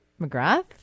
McGrath